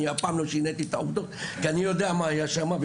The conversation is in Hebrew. אני אף פעם לא שיניתי את העובדות כי אני יודע מה היה שם.